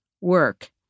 work